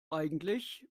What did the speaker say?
eigentlich